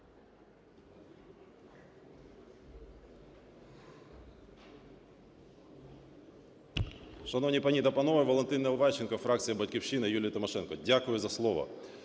Дякую за слово.